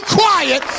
quiet